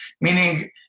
meaning